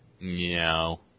No